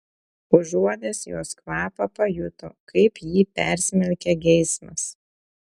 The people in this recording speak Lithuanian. užuodęs jos kvapą pajuto kaip jį persmelkia geismas